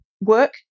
work